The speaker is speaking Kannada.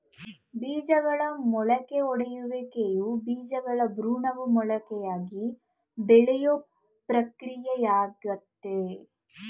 ಬೀಜಗಳ ಮೊಳಕೆಯೊಡೆಯುವಿಕೆಯು ಬೀಜಗಳ ಭ್ರೂಣವು ಮೊಳಕೆಯಾಗಿ ಬೆಳೆಯೋ ಪ್ರಕ್ರಿಯೆಯಾಗಯ್ತೆ